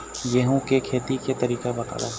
गेहूं के खेती के तरीका बताव?